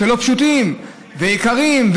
לא פשוטים ויקרים,